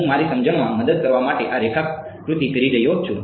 હું મારી સમજણમાં મદદ કરવા માટે આ રેખાકૃતિ કરી રહ્યો છું